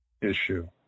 issue